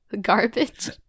garbage